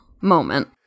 moment